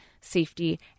safety